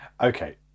Okay